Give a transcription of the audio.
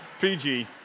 PG